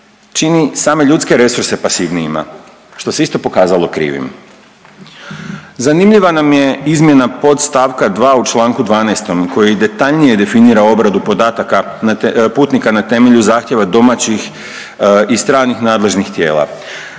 čini same ljudske resurse pasivnijima, što se isto pokazalo krivim. Zanimljiva nam je izmjena podst. 2 u čl. 12. koji detaljnije definira obradu podataka putnika na temelju zahtjeva domaćih i stranih nadležnih tijela.